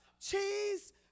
cheese